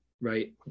right